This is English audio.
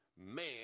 Man